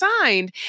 signed